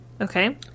Okay